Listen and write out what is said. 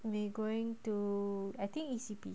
we going to I think E_C_P